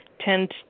tend